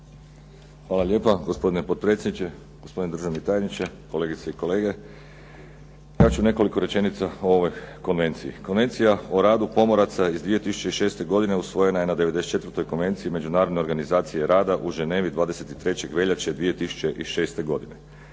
Hvala lijepa. Gospodine potpredsjedniče, gospodine državni tajniče, kolegice i kolege. Ja ću nekoliko rečenica o ovoj konvenciji. Konvencija o radu pomoraca iz 2006. godine usvojena je na 94. Konvenciji Međunarodne organizacije rada u Ženevi 23. veljače 2006. godine